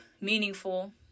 meaningful